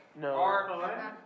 No